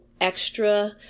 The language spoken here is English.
extra